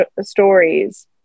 stories